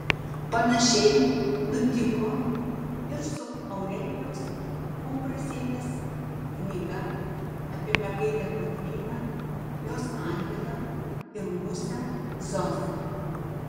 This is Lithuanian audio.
panašiai nutiko ir su aurelijos umbrasienės knyga apie mergaitę kotryną jos angelą ir musę zosę